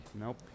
Nope